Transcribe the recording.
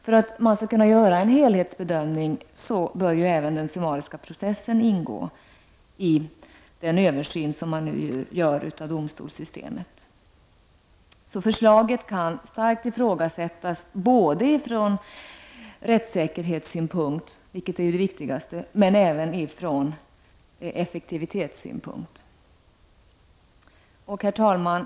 För att man skall kunna göra en helhetsbedömning bör även den summariska processen ingå i den översyn man nu gör av domstolssystemet. Förslaget kan alltså starkt ifrågasättas både från rättssäkerhetssynpunkt, vilket är det viktigaste, och från effektivitetssynpunkt. Herr talman!